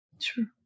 True